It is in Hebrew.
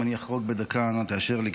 אם אני אחרוג בדקה אנא תאשר לי,